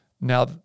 Now